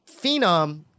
phenom